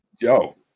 Yo